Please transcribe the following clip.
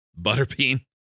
Butterbean